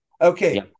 Okay